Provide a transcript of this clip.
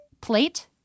Plate